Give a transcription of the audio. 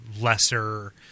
lesser